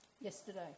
yesterday